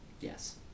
Yes